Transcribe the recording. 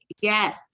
yes